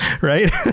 right